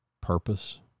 purpose